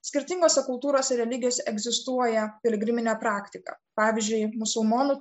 skirtingose kultūrose religijose egzistuoja piligriminė praktika pavyzdžiui musulmonų